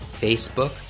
Facebook